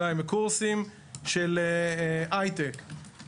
וגם את הנושא של 25% מתוכם, מהצעירים האלה, העידו